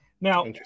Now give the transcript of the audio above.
Now-